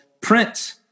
print